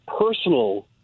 personal